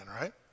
right